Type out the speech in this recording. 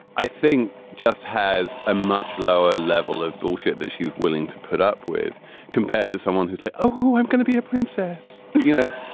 i think, just has a much lower level of bullshit that she's willing to put up with compared to someone who say, oh, i'm going to be a princess, you know,